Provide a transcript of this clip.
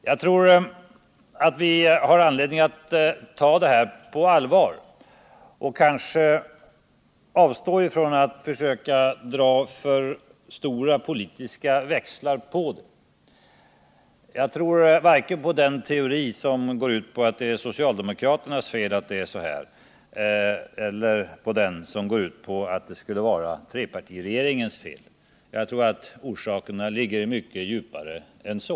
Jag tror att vi har anledning att ta det här på allvar och avstå från att försöka dra för stora politiska växlar på det. Jag tror varken på den teori som går ut på att det är socialdemokraternas fel att det är så här eller på den som går ut på att det skulle vara trepartiregeringens fel. Jag tror att orsakerna ligger mycket djupare än så.